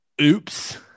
oops